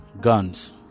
guns